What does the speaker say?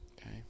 Okay